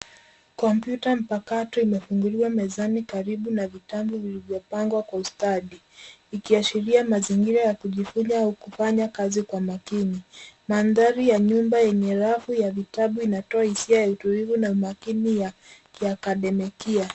Kompyuta mpakato imefunguliwa mezani karibu na vitabu vilivyopangwa kwa ustadi ikiashiria mazingira ya kujifunza au kufanya kazi kwa makini. Mandhari ya nyumba yenye rafu ya vitabu inatoa hisi ya utulivu na makini ya kiakademikia.